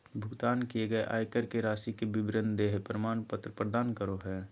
भुगतान किए गए आयकर के राशि के विवरण देहइ प्रमाण पत्र प्रदान करो हइ